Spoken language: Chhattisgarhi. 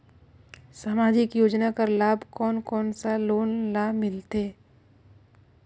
समाजिक योजना कर लाभ कोन कोन सा लोग ला मिलथे?